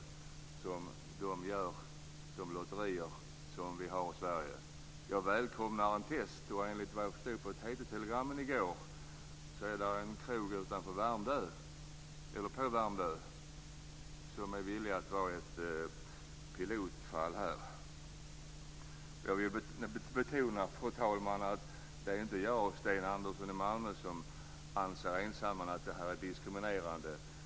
Jag välkomnar ett test, och såvitt jag förstod av gårdagens TT-telegram finns det en krog på Värmdö som är villig att utgöra ett pilotfall här. Fru talman! Jag vill betona att det inte är jag, Sten Andersson i Malmö, som ensam anser att detta är diskriminerande.